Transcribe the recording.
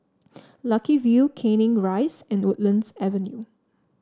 Lucky View Canning Rise and Woodlands Avenue